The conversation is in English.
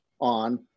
on